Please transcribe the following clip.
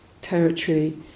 territory